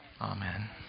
Amen